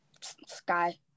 Sky